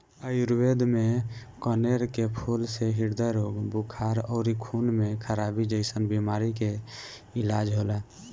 आयुर्वेद में कनेर के फूल से ह्रदय रोग, बुखार अउरी खून में खराबी जइसन बीमारी के इलाज होला